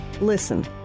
Listen